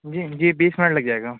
جی جی بیس منٹ لگ جائے گا